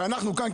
שאנחנו כאן,